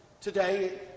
today